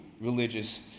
religious